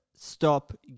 stop